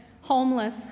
homeless